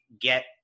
get